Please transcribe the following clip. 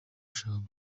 ashaka